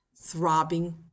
throbbing